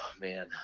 man